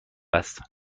است